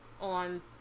On